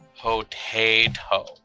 Potato